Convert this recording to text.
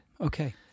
Okay